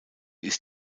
ist